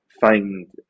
find